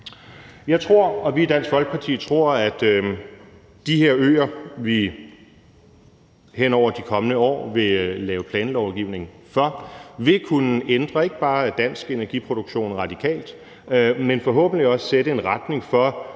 tror, at de her øer, vi hen over de kommende år vil lave planlovgivning for, ikke bare vil kunne ændre dansk energiproduktion radikalt, men forhåbentlig også vil kunne sætte en retning for